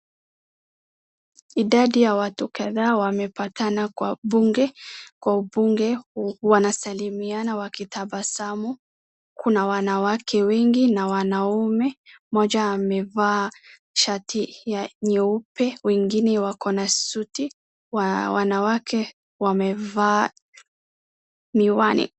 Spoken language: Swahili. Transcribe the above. Idadi ya watu kadhaa wamepatana kwa bunge, kwa ubunge wanasalimiana wakitabasamu. Kuna wanawake wengi na wanaume. Moja amevaa shati nyeupe, wengine wakona suti, wanawake wamevaa miwani.